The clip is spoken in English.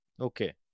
okay